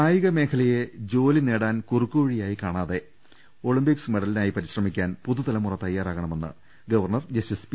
കായിക മേഖലയെ ജോലിനേടാൻ കുറുക്കുവഴിയായി കാണാതെ ഒളിമ്പിക്സ് മെഡലിനായി പരിശ്രമിക്കാൻ പുതുതലമുറ തയ്യാറാകണ മെന്ന് ഗവർണർ ജസ്റ്റിസ് പി